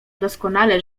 doskonale